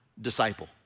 disciple